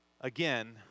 Again